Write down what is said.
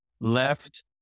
left